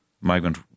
migrant